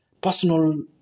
Personal